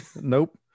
Nope